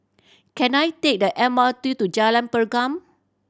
can I take the M R T to Jalan Pergam